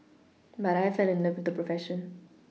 but I fell in love with the profession